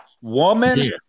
woman